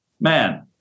man